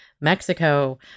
Mexico